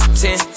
ten